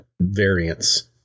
variance